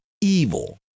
evil